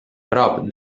prop